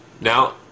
Now